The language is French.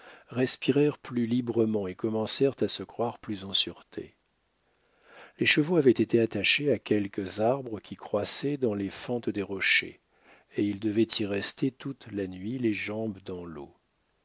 respirèrent plus librement et commencèrent à se croire plus en sûreté les chevaux avaient été attachés à quelques arbres qui croissaient dans les fentes des rochers et ils devaient y rester toute la nuit les jambes dans l'eau